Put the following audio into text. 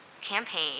campaign